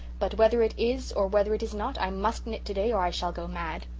but whether it is or whether it is not i must knit today or i shall go mad.